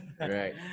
right